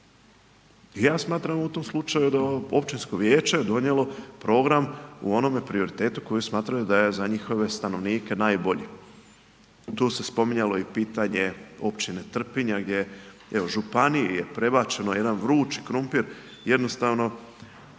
ja smatram u tom slučaju da Općinsko vijeće je donijelo program u onom prioritetu koji smatraju da je za njihove stanovnike najbolji. Tu se spominjao i pitanje općine Trpinja gdje je, evo županiji je prebačeno jedan vrući krumpir, jednostavno